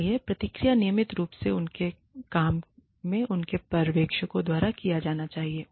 इसलिए प्रतिक्रिया नियमित रूप से उनके काम उनके पर्यवेक्षकों का दौरा किया जाना चाहिए